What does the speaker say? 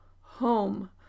home